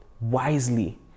wisely